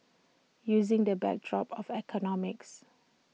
using the backdrop of economics